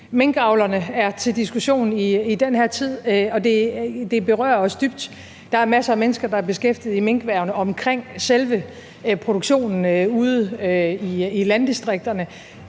Minkavlerne er til diskussion i den her tid, og det berører os dybt. Der er masser af mennesker, der er beskæftiget i minkerhvervet, omkring selve minkproduktionen, ude i landdistrikterne.